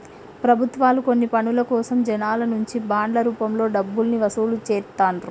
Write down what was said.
ప్రభుత్వాలు కొన్ని పనుల కోసం జనాల నుంచి బాండ్ల రూపంలో డబ్బుల్ని వసూలు చేత్తండ్రు